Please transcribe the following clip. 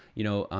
you know,